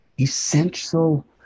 essential